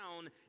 down